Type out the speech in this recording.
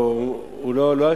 לא, לא השיכון,